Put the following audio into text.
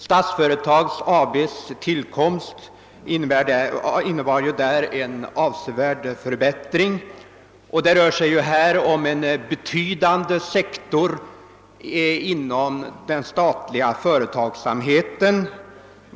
Statsföretag AB:s tillkomst innebar därvidlag en avsevärd förbättring i fråga om en betydande sektor inom den statliga företagsamheten.